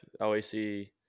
OAC